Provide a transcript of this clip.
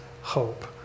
hope